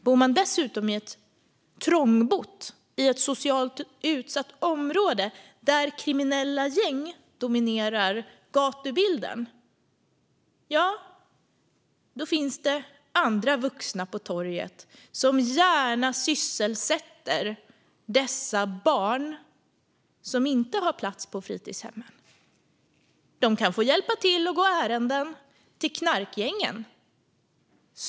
Bor de dessutom trångbott i ett socialt utsatt område där kriminella gäng dominerar gatubilden finns det andra vuxna på torget som gärna sysselsätter de barn som inte har plats på fritidshemmen. De kan få hjälpa till att gå ärenden till knarkgängen.